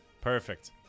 Perfect